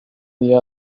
the